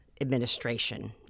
administration